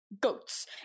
goats